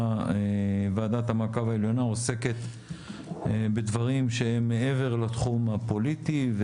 ועדת המעקב העליונה עוסקת בדברים שהם מעבר לתחום הפוליטי,